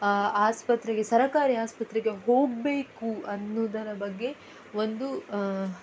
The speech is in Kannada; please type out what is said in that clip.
ಆಸ್ಪತ್ರೆಗೆ ಸರ್ಕಾರಿ ಆಸ್ಪತ್ರೆಗೆ ಹೋಗಬೇಕು ಅನ್ನೋದರ ಬಗ್ಗೆ ಒಂದು